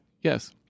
Yes